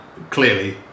Clearly